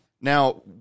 Now